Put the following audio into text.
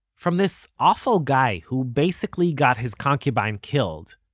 from this awful guy who basically got his concubine killed,